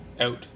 out